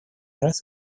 раз